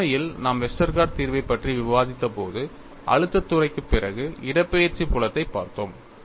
உண்மையில் நாம் வெஸ்டர்கார்ட் தீர்வைப் பற்றி விவாதித்தபோது அழுத்தத் துறைக்குப் பிறகு இடப்பெயர்ச்சி புலத்தைப் பார்த்தோம்